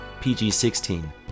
PG-16